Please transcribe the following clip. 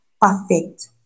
perfect